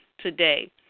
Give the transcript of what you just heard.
Today